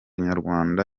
nyarwanda